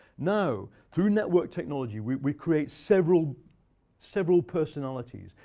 now through network technology, we we create several several personalities,